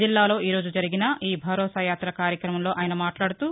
జిల్లాలో ఈ రోజు జరిగిన ఈ భరోసా యాత కార్యక్రమంలో ఆయన మాట్లాడుతూ